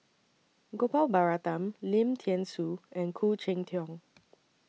Gopal Baratham Lim Thean Soo and Khoo Cheng Tiong